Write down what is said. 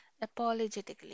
apologetically